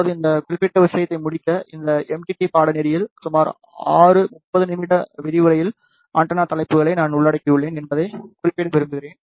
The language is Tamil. இப்போது இந்த குறிப்பிட்ட விஷயத்தை முடிக்க இந்த எம்டிடி பாடநெறியில் சுமார் ஆறு 30 நிமிட விரிவுரையில் ஆண்டெனா தலைப்புகளை நான் உள்ளடக்கியுள்ளேன் என்பதைக் குறிப்பிட விரும்புகிறேன்